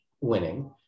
winning